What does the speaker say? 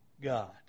God